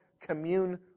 commune